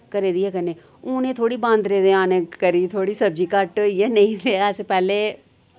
घरै दी गै खन्ने हुन एह् थोह्ड़ी बांदरे दे औने करी थोह्ड़ी सब्जी घट्ट होई ऐ नेईं ते अस पैह्लें